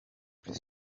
plus